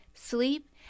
sleep